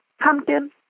Pumpkin